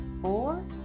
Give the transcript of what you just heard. four